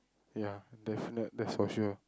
ya definite that's for sure